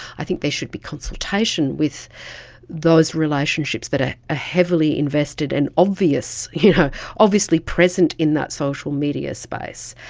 i think there should be consultation with those relationships that ah ah heavily invested and obviously you know obviously present in that social media space,